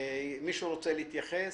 מישהו רוצה להתייחס?